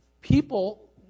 people